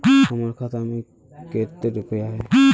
हमर खाता में केते रुपया है?